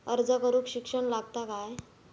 अर्ज करूक शिक्षण लागता काय?